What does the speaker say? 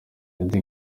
eddy